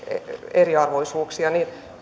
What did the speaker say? eriarvoisuuksia